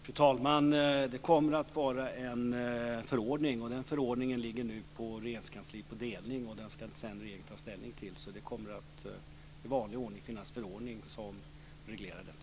Fru talman! Det kommer att vara en förordning, och den förordningen ligger nu på delning på Regeringskansliet och den ska sedan regeringen ta ställning till. Det kommer alltså att i vanlig ordning finnas en förordning som reglerar detta.